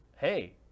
hey